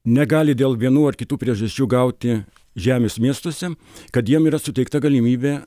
negali dėl vienų ar kitų priežasčių gauti žemės miestuose kad jiem yra suteikta galimybė